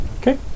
Okay